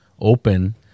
open